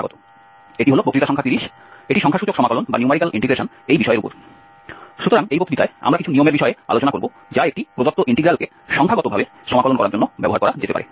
সুতরাং এই বক্তৃতায় আমরা কিছু নিয়মের বিষয়ে আলোচনা করব যা একটি প্রদত্ত ইন্টিগ্রালকে সংখ্যাগতভাবে সমাকলন করার জন্য ব্যবহার করা যেতে পারে